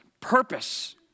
purpose